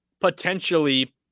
potentially